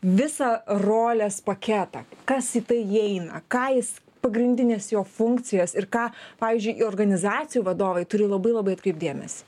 visą rolės paketą kas į tai įeina ką jis pagrindinės jo funkcijos ir ką pavyzdžiui organizacijų vadovai turi labai labai atkreipt dėmesį